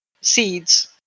seeds